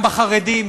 גם בחרדים,